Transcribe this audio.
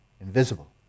invisible